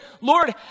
Lord